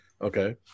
Okay